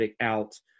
out